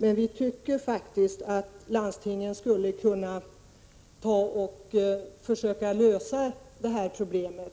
Men jag tycker faktiskt att landstingen kunde försöka lösa de här problemen